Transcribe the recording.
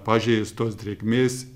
pažeistos drėgmės